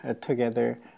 together